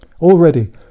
Already